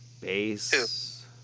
Bass